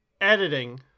editing